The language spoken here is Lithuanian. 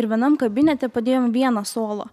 ir vienam kabinete padėjom vieną suolą